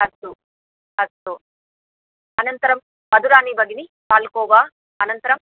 अस्तु अस्तु अनन्तरं मधुराणि भगिनि पाल्कोवा अनन्तरं